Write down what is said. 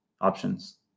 options